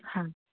हा